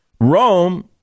Rome